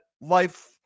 life